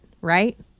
Right